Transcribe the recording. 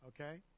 Okay